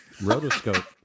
Rotoscope